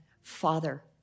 father